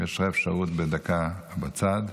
יש לך דקה מהצד.